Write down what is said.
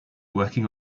working